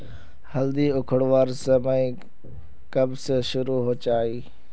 हल्दी उखरवार समय कब से शुरू होचए?